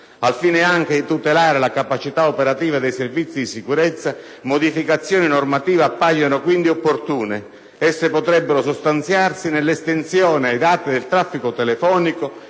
Al fine anche di tutelare le capacità operative dei Servizi di sicurezza, modificazioni normative appaiono quindi opportune; esse potrebbero sostanziarsi nell'estensione ai dati del traffico telefonico,